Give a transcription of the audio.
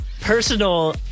personal